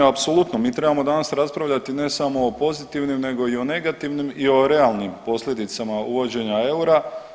Apsolutno mi trebamo danas raspravljati ne samo o pozitivnim, nego i negativnim i o realnim posljedicama uvođenja eura.